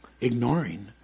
ignoring